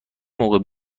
موقع